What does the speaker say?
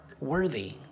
worthy